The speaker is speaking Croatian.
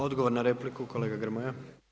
Odgovor na repliku, kolega Grmoja.